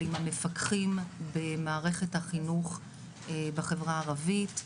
אבל עם המפקדים במערכת החינוך בחברה הערבית,